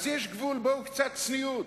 אז יש גבול, בואו, קצת צניעות.